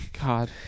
God